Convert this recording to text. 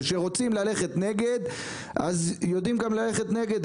וכשרוצים ללכת נגד אז יודעים גם ללכת נגד.